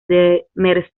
demersal